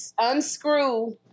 unscrew